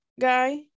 guy